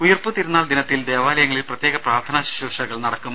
ഉയിർപ്പു തിരുന്നാൾ ദിനത്തിൽ ദേവാലയങ്ങളിൽ പ്രത്യേക പ്രാർത്ഥനാ ശുശ്രൂഷകൾ നടക്കും